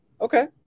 Okay